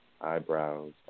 eyebrows